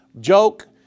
joke